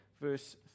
verse